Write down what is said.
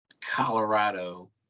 Colorado